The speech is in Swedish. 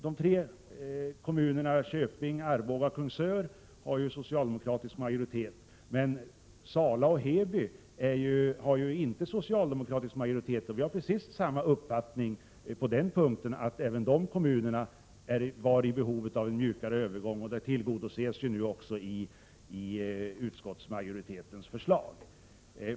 De tre kommunerna Köping, Arboga och Kungsör har ju socialdemokratisk majoritet. Men Sala och Heby har inte socialdemokratisk majoritet, och vi har precis samma uppfattning när det gäller dessa kommuner, att de är i behov av en mjukare övergång. Detta tillgodoses nu också i utskottsmajoritetens förslag.